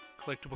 collectible